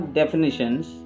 definitions